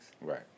right